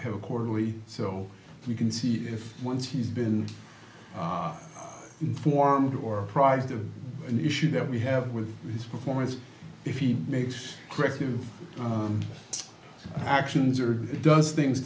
year quarterly so we can see if once he's been informed or apprised of an issue that we have with his performance if he makes corrective actions or does things